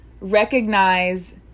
recognize